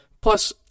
Plus